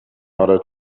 order